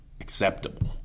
acceptable